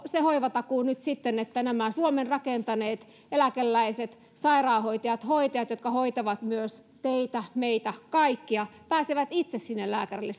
se hoivatakuu nyt sitten sen että nämä suomen rakentaneet eläkeläiset sairaanhoitajat hoitajat jotka hoitavat myös teitä meitä kaikkia pääsevät itse sinne lääkärille